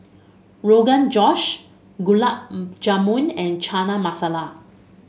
Rogan Josh Gulab Jamun and Chana Masala